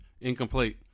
incomplete